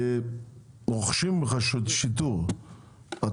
רוכשים לך שיטור,